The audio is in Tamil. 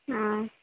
ஆ